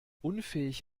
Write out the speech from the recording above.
unfähig